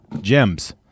gems